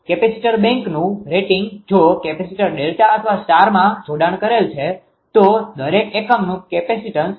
capacitor બેંકનું rating જો capacitor delta અથવા સ્ટારમાં જોડાણ કરેલ છે તો દરેક એકમનું કેપેસિટીન્સ